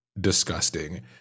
disgusting